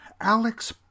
Alex